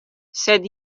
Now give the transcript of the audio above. sed